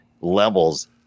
levels